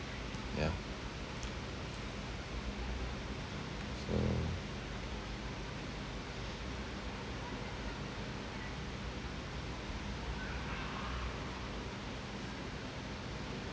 yeah so